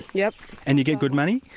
yeah and you get good money?